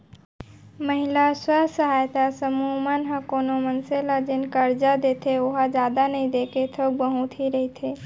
महिला स्व सहायता समूह मन ह कोनो मनसे ल जेन करजा देथे ओहा जादा नइ देके थोक बहुत ही रहिथे